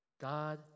God